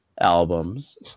albums